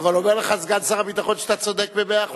אבל אומר לך סגן שר הביטחון שאתה צודק במאה אחוז.